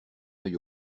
œil